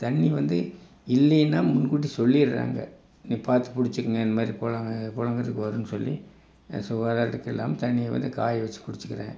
தண்ணி வந்து இல்லேன்னா முன்கூட்டி சொல்லிடறாங்க நீங்கள் பார்த்து பிடிச்சிக்குங்க இந்தமாதிரி பொல பொலங்குறதுக்கு வரும்னு சொல்லி சுகாதாரத்துக்கெல்லாம் தண்ணியை வந்து காய வச்சு குடிச்சுக்கிறேன்